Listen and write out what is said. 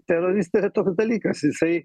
teroristai yra toks dalykas jisai